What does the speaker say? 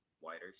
wider